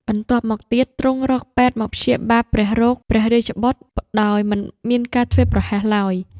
បន្ទប់មកទៀតទ្រង់រកពេទ្យ មកព្យាបាលព្រះរោគព្រះរាជបុត្រ ដោយមិនមានការធ្វេសប្រហែសឡើយ